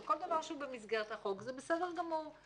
וכל דבר שהוא במסגרת החוק זה בסדר גמור.